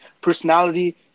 personality